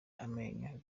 amenyo